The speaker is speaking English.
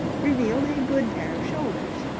revealed a good pair of shoulders.